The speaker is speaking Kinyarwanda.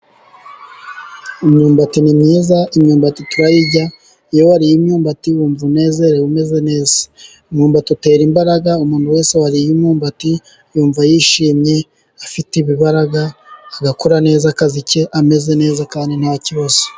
Imyumbati ni myiza, imyumbati turayirya iyo wariye imyumbati wumva unezerewe umeze neza, umwumbati utera imbaraga umuntu wese wariye umwumbati yumva yishimye afite ibibaraga, agakora neza akazi ke ameze neza kandi nta kibazo.